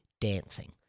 dancing